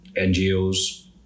NGOs